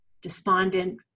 despondent